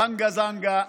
זנגה-זנגה,